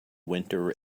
winter